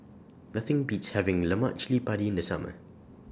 Nothing Beats having Lemak Cili Padi in The Summer